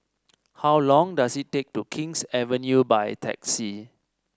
how long does it take to King's Avenue by taxi